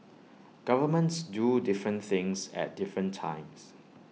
governments do different things at different times